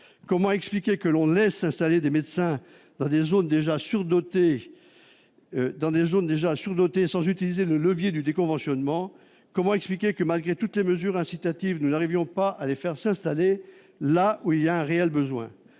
Comment expliquer qu'on laisse s'installer des médecins dans des zones déjà sur-dotées sans utiliser le levier du déconventionnement ? Comment expliquer que, malgré toutes les mesures incitatives, nous n'arrivions pas à les faire s'installer là où il y a un réel besoin ?